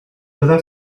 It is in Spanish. toda